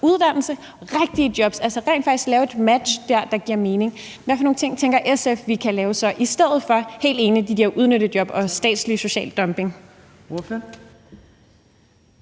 uddannelse, rigtige jobs – altså rent faktisk lave et match der, der giver mening. Hvad for nogle ting tænker SF vi så kan lave i stedet for – og der er jeg helt enig – de der udnyttejob og statslig social dumping?